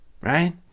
right